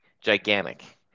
gigantic